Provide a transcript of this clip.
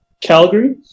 Calgary